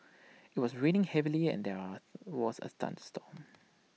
IT was raining heavily and there are was A thunderstorm